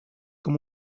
com